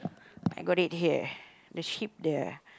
I got it here the ship there